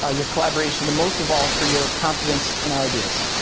ah your collaboration and most of all, for your confidence in our ideas.